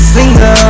Single